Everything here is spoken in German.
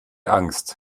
angst